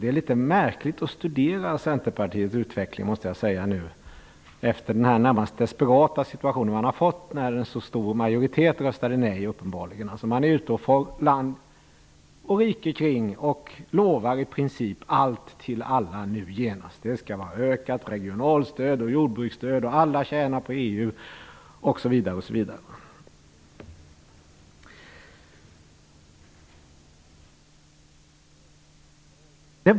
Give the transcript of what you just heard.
Det är litet märkligt att studera Centerpartiets utveckling, måste jag säga, efter den närmast desperata situation man har fått sedan en så stor majoritet uppenbarligen röstat nej. Man är ute och far land och rike kring och lovar i princip allt till alla nu genast. Det skall vara ökat regionalstöd och jordbruksstöd och alla tjänar på EU.